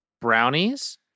brownies